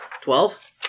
Twelve